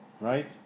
right